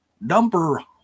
Number